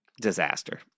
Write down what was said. Disaster